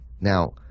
Now